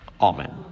Amen